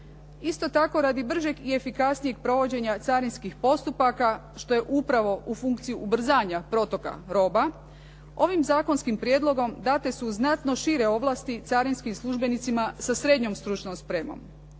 Isto tako, radi bržeg i efikasnijeg provođenja carinskih postupaka što je upravo u funkciji ubrzanja protoka roba ovim zakonskim prijedlogom date su znatno šire ovlasti carinskim službenicima sa srednjom stručnom spremom.